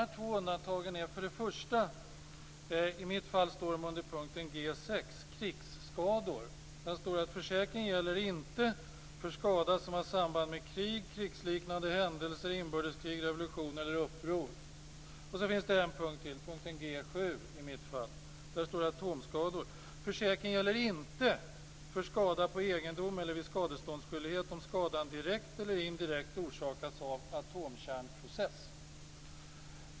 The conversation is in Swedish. I mitt fall står det första undantaget under punkt g 6. Det gäller krigsskador. Där står det: Försäkringen gäller inte för skada som har samband med krig, krigsliknande händelse, inbördeskrig, revolution eller uppror. Det andra undantaget, under punkt g 7, gäller atomskador: Försäkringen gäller inte för skada på egendom eller vid skadeståndsskyldighet, om skadan direkt eller indirekt orsakats av atomkärnprocess.